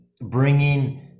bringing